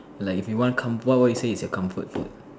like if you want com~ what would you say is your comfort food